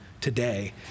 today